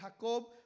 Jacob